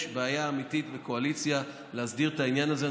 יש בעיה אמיתית בקואליציה להסדיר את העניין הזה.